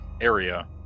area